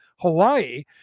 Hawaii